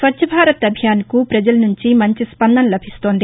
స్వచ్చ భారత్ అభియాన్కు ప్రజల నుంచి మంచి స్పందన లభిస్తోంది